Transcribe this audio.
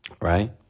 right